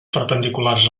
perpendiculars